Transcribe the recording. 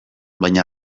baina